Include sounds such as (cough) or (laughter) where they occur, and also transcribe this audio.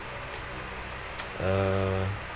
(noise) uh